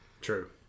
true